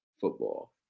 football